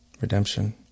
redemption